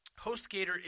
HostGator